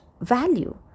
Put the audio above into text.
value